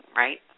right